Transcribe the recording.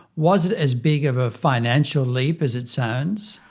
was it as big of a financial leap as it sounds?